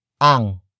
ang